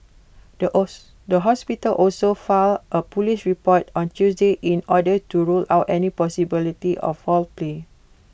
the the hospital also filed A Police report on Tuesday in order to rule out any possibility of foul play